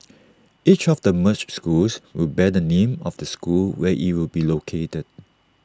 each of the merged schools will bear the name of the school where IT will be located